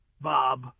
Bob